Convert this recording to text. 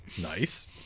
Nice